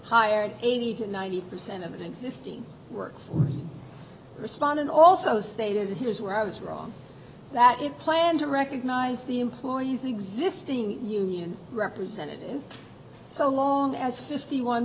hired eighty to ninety percent of the existing work respondent also stated here is where i was wrong that it planned to recognize the employee's existing union represented so long as fifty one